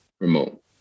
remote